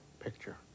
picture